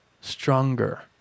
stronger